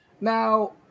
now